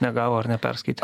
negavo ar neperskaitė